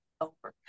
overcome